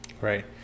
Right